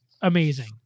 amazing